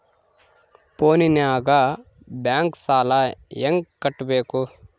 ಫೋನಿನಾಗ ಬ್ಯಾಂಕ್ ಸಾಲ ಹೆಂಗ ಕಟ್ಟಬೇಕು?